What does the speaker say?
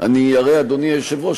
אדוני היושב-ראש,